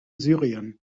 syrien